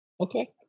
Okay